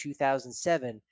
2007